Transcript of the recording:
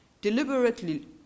deliberately